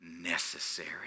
necessary